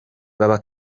baba